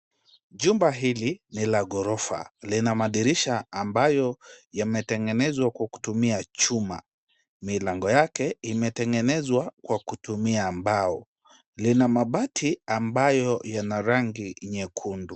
Jumba hili ni la ghorofa. Lina madirisha ambayo yametengenezwa kwa kutumia chuma. Milango yake imetengenezwa kwa kutumia mbao. Lina mabati ambayo yana rangi nyekundu.